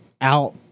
out